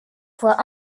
fois